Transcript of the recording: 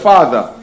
Father